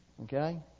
Okay